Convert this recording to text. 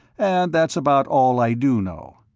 and that's about all i do know.